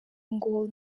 ngo